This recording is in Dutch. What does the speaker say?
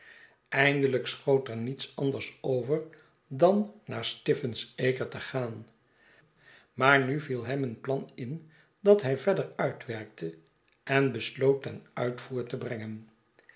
eindeltjk schoot er niets anders over dan naar stiffun's acre te gaan maar nu viel hem een plan in dat hij verder uitwerkte en besloot ten uitvoer te brengen